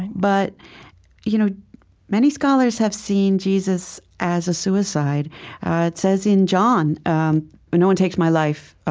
but you know many scholars have seen jesus as a suicide. it says in john um but no one takes my life,